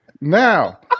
Now